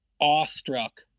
awestruck